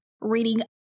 reading